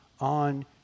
on